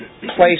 place